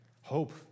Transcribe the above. Hope